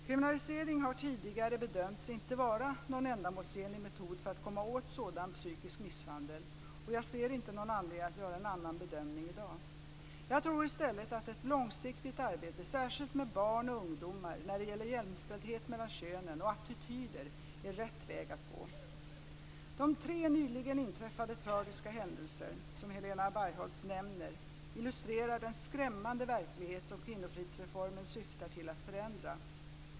Kriminalisering har tidigare bedömts inte vara någon ändamålsenlig metod för att komma åt sådan psykisk misshandel, och jag ser inte någon anledning att göra en annan bedömning i dag. Jag tror i stället att ett långsiktigt arbete, särskilt med barn och ungdomar, när det gäller jämställdhet mellan könen och attityder är rätt väg att gå. De tre nyligen inträffade tragiska händelser som Helena Bargholtz nämner illustrerar den skrämmande verklighet som kvinnofridsreformen syftar till att förändra.